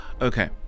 Okay